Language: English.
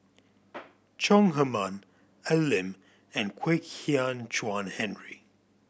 Chong Heman Al Lim and Kwek Hian Chuan Henry